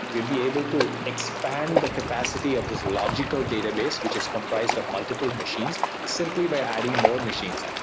you'll be able to expand the capacity of this logical database, which is comprised of multiple machines simply by adding more machines,